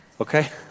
Okay